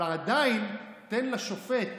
אבל עדיין, תן לשופט